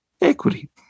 equity